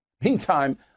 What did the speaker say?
Meantime